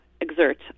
exert